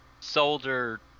soldier